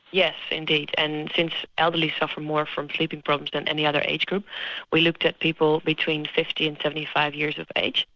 yes indeed and since the elderly suffer more from sleeping problems than any other age group we looked at people between fifty and seventy five years of age.